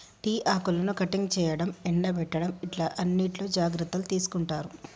tea ఆకులను cutting చేయడం, ఎండపెట్టడం ఇట్లా అన్నిట్లో జాగ్రత్తలు తీసుకుంటారు